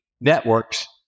networks